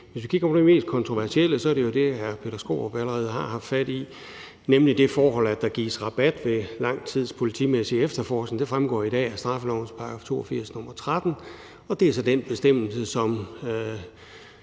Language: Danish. Hvis vi kigger på det mest kontroversielle, er det jo det, som hr. Peter Skaarup allerede har haft fat i, nemlig det forhold, at der gives rabat ved lang tids politimæssig efterforskning. Det fremgår i dag af straffelovens § 82, nr. 13, og det er så den bestemmelse, som